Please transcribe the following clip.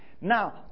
Now